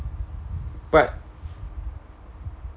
but